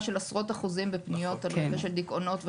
של עשרות אחוזים בפניות על מקרים של דיכאונות,